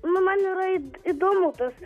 nu man yra įdomu tas